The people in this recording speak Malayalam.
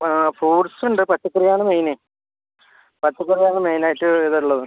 ആ ഫ്രൂട്ട്സ് ഉണ്ട് പച്ചക്കറിയാണ് മെയിൻ പച്ചക്കറിയാണ് മെയിൻ ആയിട്ട് ഇതുള്ളത്